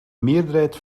meerderheid